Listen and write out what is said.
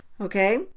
Okay